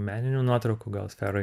meninių nuotraukų gal sferoj